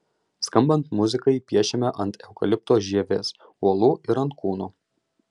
skambant muzikai piešiama ant eukalipto žievės uolų ar ant kūno